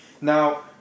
Now